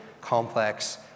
complex